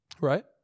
Right